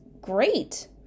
great